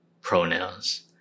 pronouns